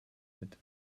mit